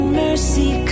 mercy